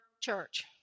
church